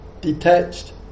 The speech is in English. detached